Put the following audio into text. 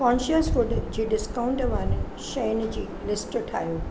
conscious food जी discount वारियुनि शयुनि जी लिस्ट ठाहियो